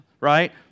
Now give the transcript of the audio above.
right